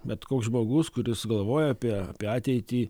bet koks žmogus kuris galvoja apie apie ateitį